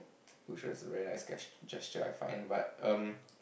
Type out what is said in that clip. which is very nice ges~ gesture I find but um